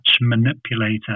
manipulator